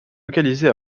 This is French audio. localisée